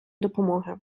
допомоги